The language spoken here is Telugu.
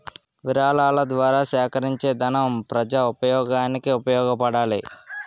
విరాళాల ద్వారా సేకరించేదనం ప్రజోపయోగానికి ఉపయోగపడాలి